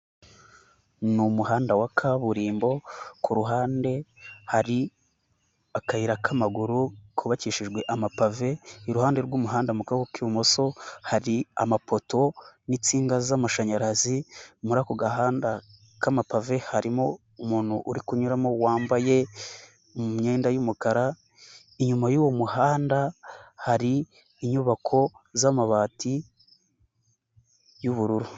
Ni umuhanda wa kaburimbo, ku ruhande hari akayira k'amaguru, kubabakishijwe amapave, iruhande rw'umuhanda mu kaboko k'ibumoso hari amapoto n'insinga z'amashanyarazi, muri ako gahanda k'amapave, harimo umuntu uri kunyuramo wambaye imyenda y'umukara, inyuma y'uwo muhanda hari inyubako z'amabati y'ubururu.